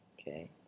Okay